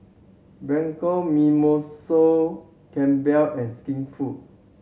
Bianco Mimosa Campbell and Skinfood